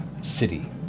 city